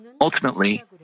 Ultimately